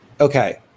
Okay